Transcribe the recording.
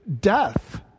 death